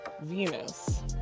Venus